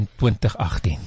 2018